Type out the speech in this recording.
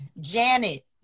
janet